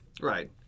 Right